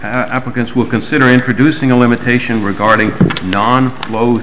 applicants will consider introducing a limitation regarding non